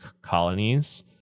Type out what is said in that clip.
colonies